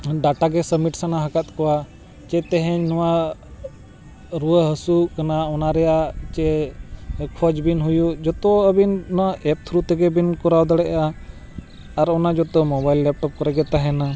data ᱜᱮ submit ᱥᱟᱱᱟ ᱟᱠᱟᱫ ᱠᱚᱣᱟ ᱪᱮᱫ ᱛᱮᱦᱮᱧ ᱱᱚᱣᱟ ᱨᱩᱣᱟᱹ ᱦᱟᱹᱥᱩ ᱠᱟᱱᱟ ᱚᱱᱟ ᱨᱮᱱᱟᱜ ᱥᱮ ᱠᱷᱚᱡᱽ ᱵᱤᱱ ᱦᱩᱭᱩᱜ ᱡᱷᱚᱛᱚ ᱟᱹᱵᱤᱱ ᱱᱚᱣᱟ ᱮᱯ ᱛᱷᱨᱩ ᱛᱮᱜᱮ ᱵᱤᱱ ᱠᱚᱨᱟᱣ ᱫᱟᱲᱮᱭᱟᱜᱼᱟ ᱟᱨ ᱚᱱᱟ ᱡᱷᱚᱛᱚ ᱢᱳᱵᱟᱭᱤᱞ ᱞᱮᱯᱴᱚᱯ ᱠᱚᱨᱮ ᱜᱮ ᱛᱟᱦᱮᱱᱟ